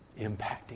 impacting